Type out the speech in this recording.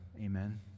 Amen